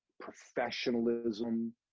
professionalism